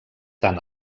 tant